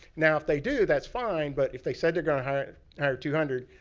now, if they do, that's fine. but, if they said they're gonna hire hire two hundred,